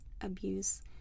abuse